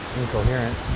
incoherent